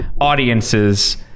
audiences